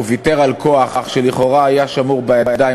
והוא ויתר על כוח שלכאורה היה שמור בידיים